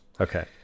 Okay